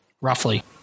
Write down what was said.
Roughly